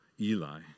Eli